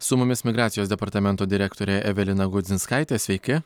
su mumis migracijos departamento direktorė evelina gudzinskaitė sveiki